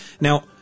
Now